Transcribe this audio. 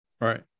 Right